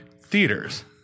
Theaters